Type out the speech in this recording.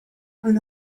and